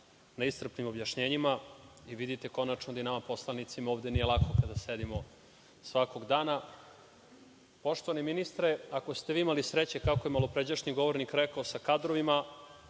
na iscrpnim objašnjenjima i vidite konačno da i nama poslanicima ovde nije lako kada sedimo svakog dana. Poštovani ministre, ako ste vi imali sreće, kako je malopređašnji govornik rekao, sa kadrovima,